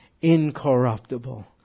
incorruptible